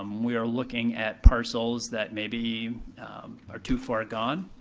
um we are looking at parcels that maybe are too far gone.